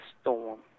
storm